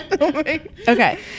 okay